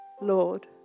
Lord